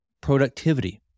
productivity